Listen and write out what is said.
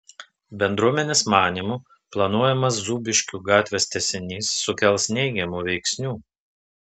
bendruomenės manymu planuojamas zūbiškių gatvės tęsinys sukels neigiamų veiksnių